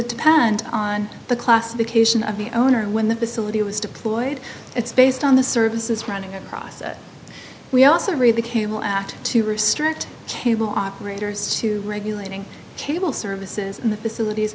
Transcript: depend on the classification of the owner when the facility was deployed it's based on the services running across it we also read the cable act to restrict cable operators to regulating cable services in the facilities